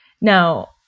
Now